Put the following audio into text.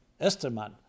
Esterman